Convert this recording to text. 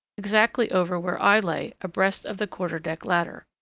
exactly over where i lay, abreast of the quarter-deck ladder.